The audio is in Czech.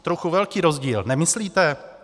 Trochu velký rozdíl, nemyslíte?